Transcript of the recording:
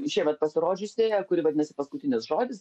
šiemet pasirodžiusi kuri vadinasi paskutinis žodis